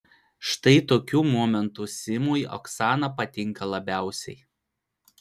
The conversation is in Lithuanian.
štai tokiu momentu simui oksana patinka labiausiai